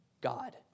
God